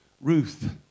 Ruth